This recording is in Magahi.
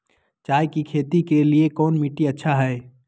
चाय की खेती के लिए कौन मिट्टी अच्छा हाय?